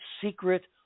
secret